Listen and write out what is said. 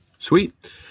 Sweet